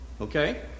Okay